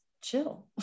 chill